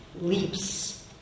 leaps